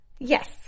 Yes